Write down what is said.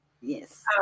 Yes